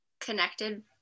connected